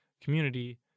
community